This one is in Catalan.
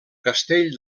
castell